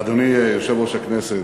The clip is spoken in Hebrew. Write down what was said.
אדוני יושב-ראש הכנסת,